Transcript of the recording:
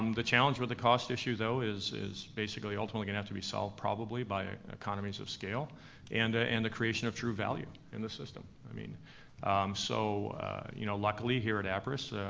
um the challenge with the cost issue, though, is is basically ultimately gonna and have to be solved probably by economies of scale and and the creation of true value in the system. i mean so you know luckily, here at appriss,